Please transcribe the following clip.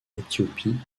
éthiopie